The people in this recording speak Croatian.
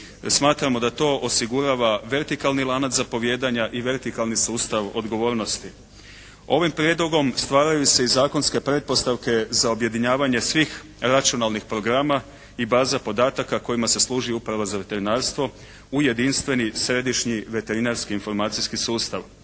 Smatramo da to osigurava vertikalni lanac zapovijedanja i vertikalni sustav odgovornosti. Ovim prijedlogom stvaraju se i zakonske pretpostavke za objedinjavanje svih računalnih programa i baza podataka kojima se služi Uprava za veterinarstvo u jedinstveni, središnji, veterinarski, informacijski sustav.